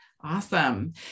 Awesome